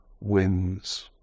wins